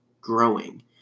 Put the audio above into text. growing